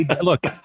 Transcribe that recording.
Look